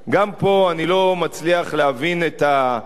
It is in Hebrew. גם פה אני לא מצליח להבין את הטענות,